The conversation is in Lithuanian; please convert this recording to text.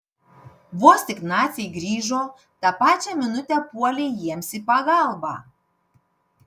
vos tik naciai grįžo tą pačią minutę puolei jiems į pagalbą